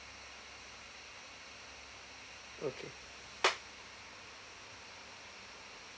okay